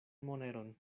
moneron